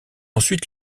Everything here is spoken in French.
ensuite